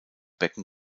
becken